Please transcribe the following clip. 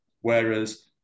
whereas